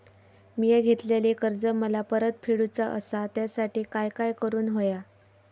मिया घेतलेले कर्ज मला परत फेडूचा असा त्यासाठी काय काय करून होया?